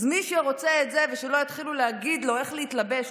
אז מי שרוצה את זה ושלא יתחילו להגיד לו איך להתלבש,